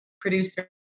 producer